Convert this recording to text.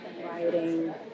Writing